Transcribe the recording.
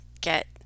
get